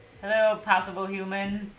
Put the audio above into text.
possible human